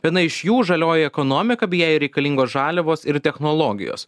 viena iš jų žalioji ekonomika bei jai reikalingos žaliavos ir technologijos